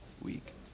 week